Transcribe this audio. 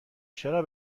چرا